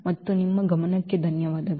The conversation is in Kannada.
ಮತ್ತು ನಿಮ್ಮ ಗಮನಕ್ಕೆ ಧನ್ಯವಾದಗಳು